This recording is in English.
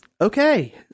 okay